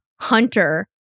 Hunter